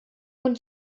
und